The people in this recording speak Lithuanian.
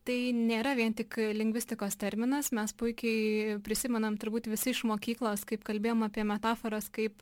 tai nėra vien tik lingvistikos terminas mes puikiai prisimenam turbūt visi iš mokyklos kaip kalbėjom apie metaforas kaip